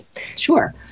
Sure